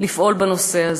אני מבקשת ממך לפעול בנושא הזה.